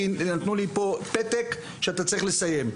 כי נתנו לי פה פתק שצריך לסיים.